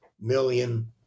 million